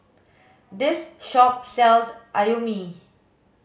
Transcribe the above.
this shop sells Imoni